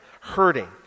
hurting